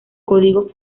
código